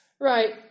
right